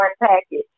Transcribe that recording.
package